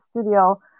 studio